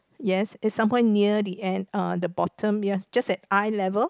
yes it's some point near the end uh the bottom ya it's just at eye level